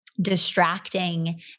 distracting